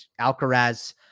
Alcaraz